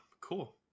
cool